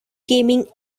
gaming